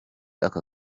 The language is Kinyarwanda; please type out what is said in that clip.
aka